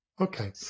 Okay